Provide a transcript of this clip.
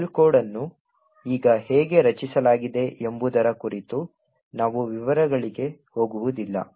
shell code ಅನ್ನು ಈಗ ಹೇಗೆ ರಚಿಸಲಾಗಿದೆ ಎಂಬುದರ ಕುರಿತು ನಾವು ವಿವರಗಳಿಗೆ ಹೋಗುವುದಿಲ್ಲ